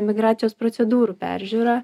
migracijos procedūrų peržiūra